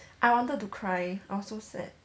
I wanted to cry I was so sad